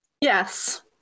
Yes